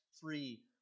three